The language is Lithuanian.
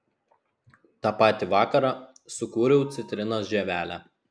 tą patį vakarą sukūriau citrinos žievelę